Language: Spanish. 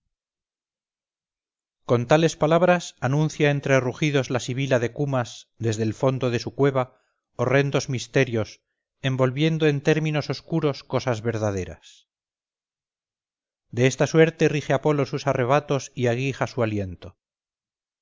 con tales palabras anuncia entre rugidos la sibila de cumas desde el fondo de su cueva horrendos misterios envolviendo en términos oscuros cosas verdaderas de esta suerte rige apolo sus arrebatos y aguija su aliento